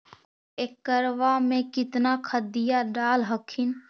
एक एकड़बा मे कितना खदिया डाल हखिन?